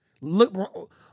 Look